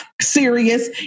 serious